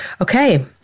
Okay